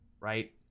right